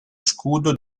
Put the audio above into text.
scudo